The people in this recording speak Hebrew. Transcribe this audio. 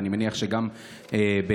ואני מניח שגם בעיניך,